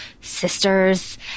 sisters